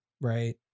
Right